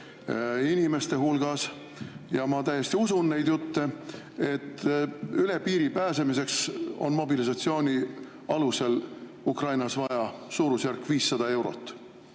inimeste hulgas, ja ma täiesti usun neid jutte, et üle piiri pääsemiseks on mobilisatsioonialusel Ukrainas vaja suurusjärgus 500 eurot.